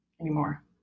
anymore